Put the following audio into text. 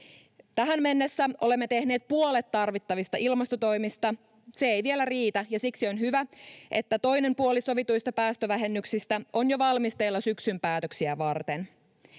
Tähän mennessä olemme tehneet puolet tarvittavista päästövähennyksistä. Se ei vielä riitä, ja siksi on hyvä, että toinen puoli sovituista päästövähennyksistä on jo valmisteilla syksyn päätöksiä varten.